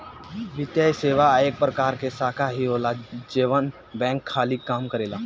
वित्तीये सेवा एक प्रकार के शाखा ही होला जवन बैंक खानी काम करेला